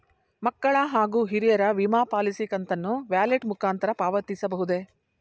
ಮಕ್ಕಳ ಹಾಗೂ ಹಿರಿಯರ ವಿಮಾ ಪಾಲಿಸಿ ಕಂತನ್ನು ವ್ಯಾಲೆಟ್ ಮುಖಾಂತರ ಪಾವತಿಸಬಹುದೇ?